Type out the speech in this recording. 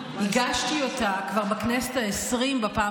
הגשתי אותה כבר בפעם הראשונה בכנסת העשרים.